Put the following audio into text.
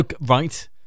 Right